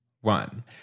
one